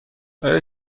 آیا